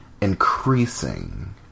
increasing